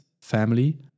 family